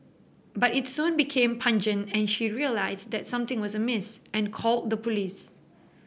but it soon became pungent and she realised that something was amiss and called the police